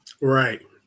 Right